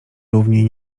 równie